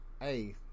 hey